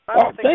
thank